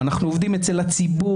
אנחנו עובדים אצל הציבור,